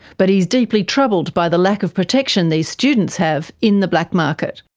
but he's deeply troubled by the lack of protection these students have in the black market.